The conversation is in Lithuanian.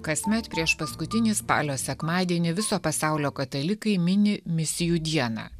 kasmet priešpaskutinį spalio sekmadienį viso pasaulio katalikai mini misijų dieną